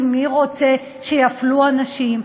כי מי רוצה שיפלו אנשים?